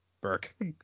burke